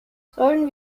sollen